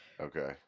okay